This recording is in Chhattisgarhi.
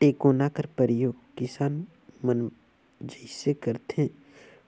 टेकोना कर परियोग किसान मन जइसे करथे